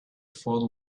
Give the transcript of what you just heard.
fort